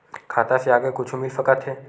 खाता से आगे कुछु मिल सकथे?